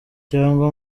cyangwa